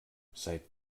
seit